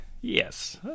yes